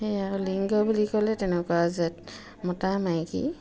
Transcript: সেয়াই আৰু লিংগ বুলি ক'লে তেনেকুৱা যে মতা মাইকী